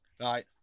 Right